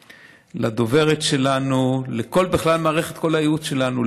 לדוברת שלנו ובכלל לכל מערכת הייעוץ שלנו,